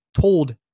told